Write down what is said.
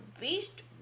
beast